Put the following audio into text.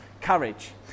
courage